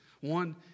One